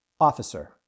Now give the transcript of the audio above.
Officer